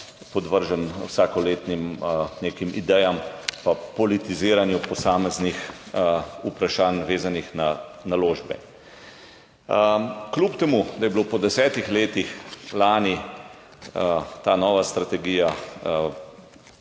podvržen nekim vsakoletnim idejam pa politiziranju posameznih vprašanj, vezanih na naložbe. Kljub temu da je bila po 10 letih lani ta nova strategija